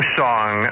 song